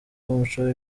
w’umuco